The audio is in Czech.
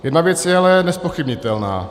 Jedna věc je ale nezpochybnitelná.